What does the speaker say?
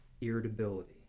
irritability